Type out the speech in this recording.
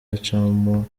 hacamo